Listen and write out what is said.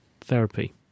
therapy